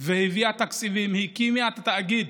הביאה תקציבים והקימה את התאגיד,